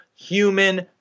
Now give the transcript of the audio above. human